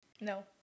No